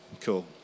Cool